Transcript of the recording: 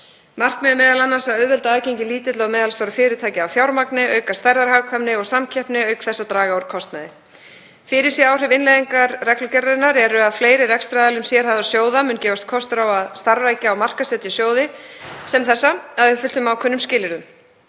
Markmiðið er m.a. að auðvelda aðgengi lítilla og meðalstórra fyrirtækja að fjármagni, auka stærðarhagkvæmni og samkeppni auk þess að draga úr kostnaði. Fyrirséð áhrif innleiðingar reglugerðarinnar eru að fleiri rekstraraðilum sérhæfðra sjóða mun gefast kostur á að starfrækja og markaðssetja sjóði sem þessa að uppfylltum ákveðnum skilyrðum.